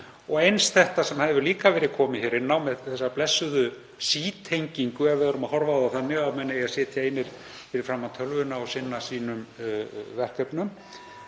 Eins líka það sem hefur verið komið inn á, með þessa blessuðu sítengingu, ef við erum að horfa á það þannig að menn eigi að sitja einir fyrir framan tölvuna og sinna sínum verkefnum.